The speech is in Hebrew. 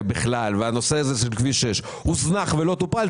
בכלל והנושא של כביש 6 הוזנחו ולא טופלו,